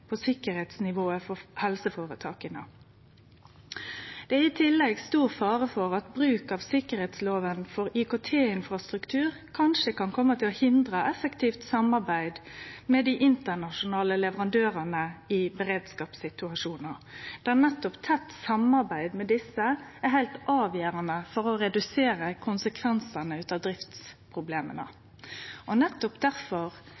på sikkerheitsnivået for helseføretaka. Det er i tillegg stor fare for at bruk av sikkerheitsloven for IKT-infrastruktur kanskje kan kome til å hindre eit effektivt samarbeid med dei internasjonale leverandørane i beredskapssituasjonar, der nettopp tett samarbeid med desse er heilt avgjerande for å redusere konsekvensane av